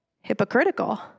hypocritical